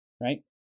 right